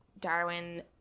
Darwin